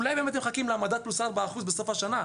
אולי הם באמת מחכים למדד פלוס 4% בסוף השנה,